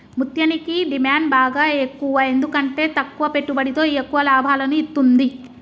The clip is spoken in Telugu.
ముత్యనికి డిమాండ్ బాగ ఎక్కువ ఎందుకంటే తక్కువ పెట్టుబడితో ఎక్కువ లాభాలను ఇత్తుంది